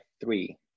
three